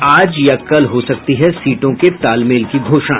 आज या कल हो सकती है सीटों के तालमेल की घोषणा